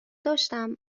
داشتم